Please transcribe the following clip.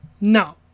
No